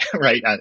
right